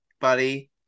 buddy